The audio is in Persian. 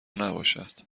نباشد